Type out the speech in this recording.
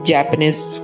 Japanese